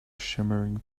shimmering